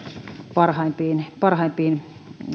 niihin parhaimpiin